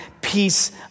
peace